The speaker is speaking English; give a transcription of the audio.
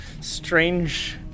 strange